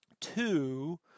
Two